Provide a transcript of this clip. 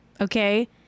Okay